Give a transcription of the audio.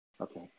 okay